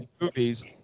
movies